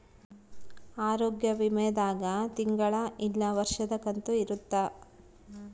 ಆರೋಗ್ಯ ವಿಮೆ ದಾಗ ತಿಂಗಳ ಇಲ್ಲ ವರ್ಷದ ಕಂತು ಇರುತ್ತ